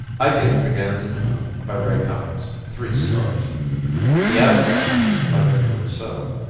i give brigands of the moon, by ray cummings, three stars the atom-smasher, by victor rousseau,